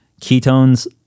ketones